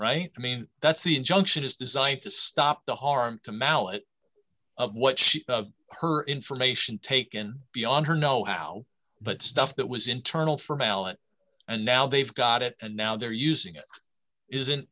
right i mean that's the injunction is designed to stop the harm to malate of what she her information taken beyond her know how but stuff that was internal for balance and now they've got it and now they're using it isn't